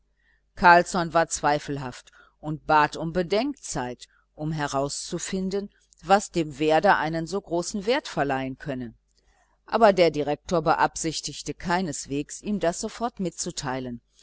carlsson war zweifelhaft und bat um bedenkzeit um herauszufinden was dem werder einen so großen wert verleihen könne aber der direktor beabsichtigte keineswegs ihm das sofort mitzuteilen